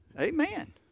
Amen